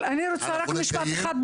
רק משפט אחד.